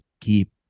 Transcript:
keep